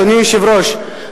אדוני היושב-ראש,